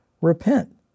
repent